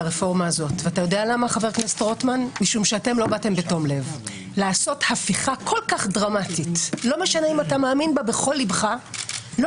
אני